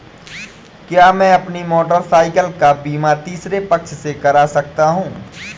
क्या मैं अपनी मोटरसाइकिल का बीमा तीसरे पक्ष से करा सकता हूँ?